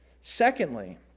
Secondly